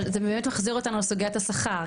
אבל זה באמת מחזיר אותנו לסוגיית השכר,